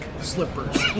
slippers